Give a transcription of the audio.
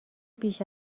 بیش